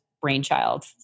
brainchild